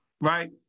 right